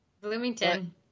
Bloomington